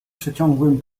przeciągłym